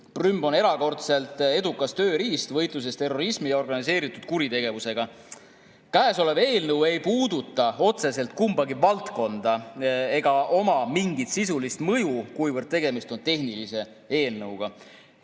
Prüm on erakordselt edukas tööriist võitluses terrorismi ja organiseeritud kuritegevusega. Käesolev eelnõu ei puuduta otseselt kumbagi valdkonda ega oma mingit sisulist mõju, kuivõrd tegemist on tehnilise eelnõuga.